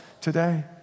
today